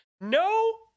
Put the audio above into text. No